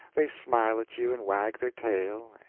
they smile at you and wag their tail,